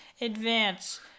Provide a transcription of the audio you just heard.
advance